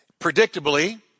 Predictably